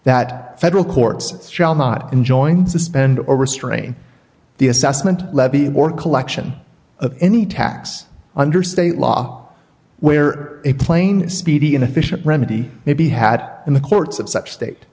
that federal courts shall not enjoin suspend or restrain the assessment or collection of any tax under state law where a plane a speedy and efficient remedy may be had in the courts of such state